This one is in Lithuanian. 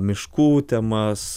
miškų temas